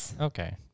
Okay